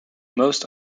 most